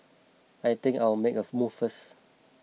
I think I'll make a move first